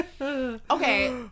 okay